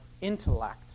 intellect